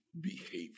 behavior